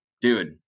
Dude